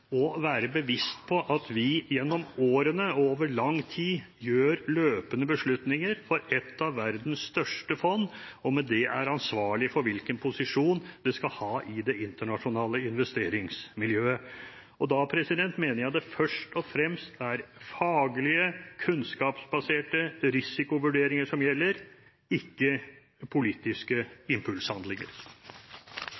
å være bevisst på at vi gjennom årene og over lang tid gjør løpende beslutninger for et av verdens største fond, og at vi med det er ansvarlige for hvilken posisjon det skal ha i det internasjonale investeringsmiljøet. Da mener jeg det først og fremst er faglige, kunnskapsbaserte risikovurderinger som gjelder – ikke politiske